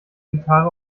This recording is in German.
gitarre